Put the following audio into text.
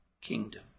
kingdom